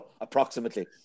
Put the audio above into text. approximately